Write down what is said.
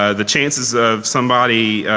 ah the chances of somebody